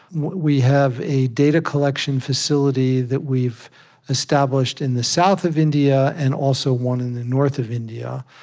we have a data collection facility that we've established in the south of india and, also, one in the north of india.